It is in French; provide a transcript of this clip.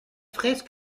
fraise